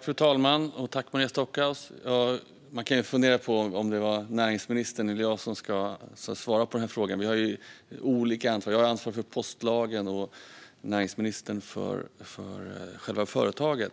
Fru talman! Jag tackar Maria Stockhaus för frågan. Man kan fundera på om det är näringsministern eller jag som ska svara på denna fråga. Jag har ansvar för postlagen, och näringsministern har ansvar för själva företaget.